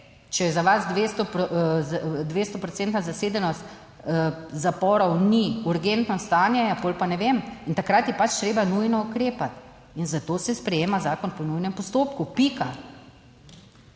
če za vas 200 procentna zasedenost zaporov, ni urgentno stanje, je potem pa ne vem, in takrat je pač treba nujno ukrepati in zato se sprejema zakon po nujnem postopku, pika.